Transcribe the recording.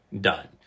done